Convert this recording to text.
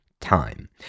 time